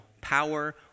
power